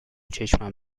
چشمم